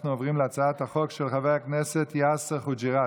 אנחנו עוברים להצעת החוק של חבר הכנסת יאסר חוג'יראת,